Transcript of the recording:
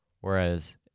whereas